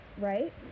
right